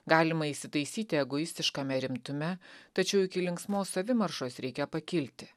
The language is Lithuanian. galima įsitaisyti egoistiškame rimtume tačiau iki linksmos savimaršos reikia pakilti